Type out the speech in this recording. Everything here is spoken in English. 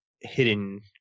hidden